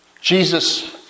Jesus